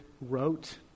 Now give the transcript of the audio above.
wrote